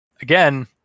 again